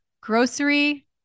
grocery